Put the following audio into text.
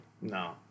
No